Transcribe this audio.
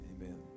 Amen